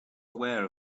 aware